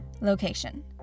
location